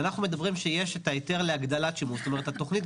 אני שואלת למה